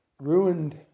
ruined